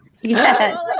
yes